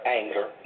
anger